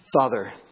Father